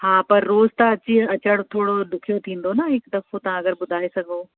हा पर रोज़ु त अची अचणु थोरो ॾुखियो थींदो न हिकु दफ़ो तव्हां अगरि ॿुधाए सघो